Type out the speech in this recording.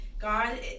God